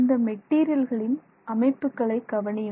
இந்த மெட்டீரியல்களில் அமைப்புகளை கவனியுங்கள்